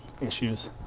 issues